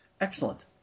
Excellent